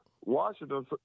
Washington